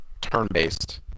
turn-based